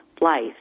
life